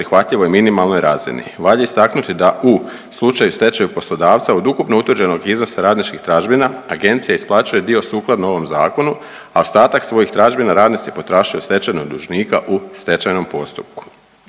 prihvatljivoj minimalnoj razini. Valja istaknuti da u slučaju stečaja poslodavca od ukupno utvrđenog iznosa radničkih tražbina agencija isplaćuje dio sukladno ovom zakonu, a ostatak svojih tražbina radnici potražuju od stečajnog dužnika u stečajnom postupku.